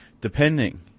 Depending